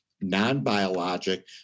non-biologic